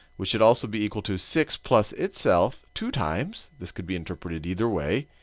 which should also be equal to six plus itself two times. this could be interpreted either way.